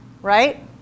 Right